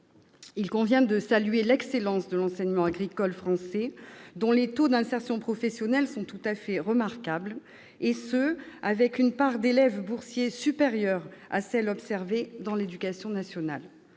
Il convient de saluer l'excellence de l'enseignement agricole français, dont les taux d'insertion professionnelle sont tout à fait remarquables, et ce avec une part d'élèves boursiers supérieure à celle observée au sein de l'éducation nationale.